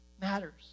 matters